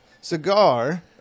cigar